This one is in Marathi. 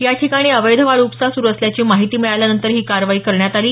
याठिकाणी अवैध वाळू उपसा सुरु असल्याची माहिती मिळाल्यानंतर ही कारवाई करण्यात आली